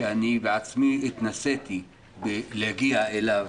שאני בעצמי התנסיתי בלהגיע אליו,